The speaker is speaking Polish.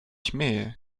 śmieje